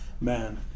man